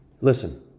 Listen